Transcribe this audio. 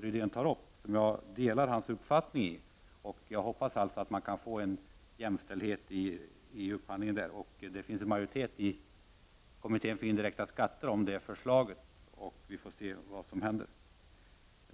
Rydén nämnde. Jag delar hans uppfattning därvidlag. Min förhoppning är att det skall bli jämlika villkor vid upphandlingen. Det finns också en majoritet i kommittén för indirekta skatter för det förslaget. Vi får se vad som händer.